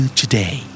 today